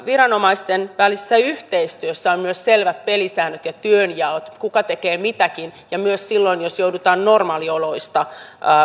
viranomaisten välisessä yhteistyössä on myös selvät pelisäännöt ja työnjaot kuka tekee mitäkin ja myös silloin jos joudutaan normaalioloista